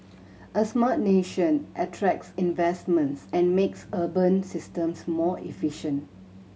a smart nation attracts investments and makes urban systems more efficient